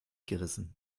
gerissen